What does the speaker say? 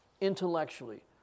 Intellectually